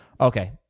Okay